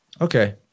Okay